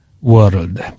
world